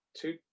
two